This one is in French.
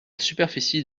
superficie